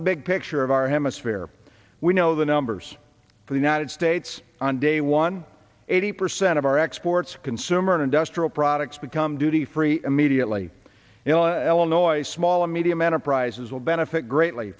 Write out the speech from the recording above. the big picture of our hemisphere we know the numbers for the united states on day one eighty percent of our exports consumer and industrial products become duty free immediately l o l noise small and medium enterprises will benefit greatly